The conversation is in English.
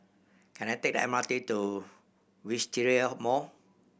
can I take the M R T to Wisteria Mall